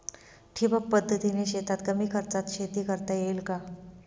ठिबक पद्धतीने शेतात कमी खर्चात शेती करता येईल का?